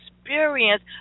experience